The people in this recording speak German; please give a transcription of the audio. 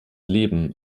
leben